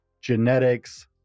genetics